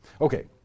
Okay